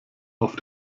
auf